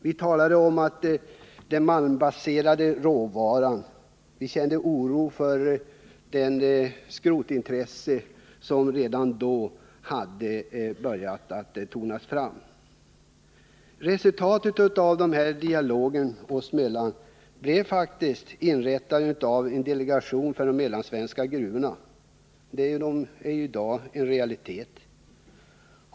Vi talade om den malmbaserade 18 april 1980 råvaran, vi kände oro för det skrotintresse som redan då hade börjat bli Resultatet av den dialogen oss emellan blev faktiskt inrättandet av en delegation för de mellansvenska gruvorna. Den är i dag en realitet.